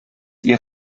ihr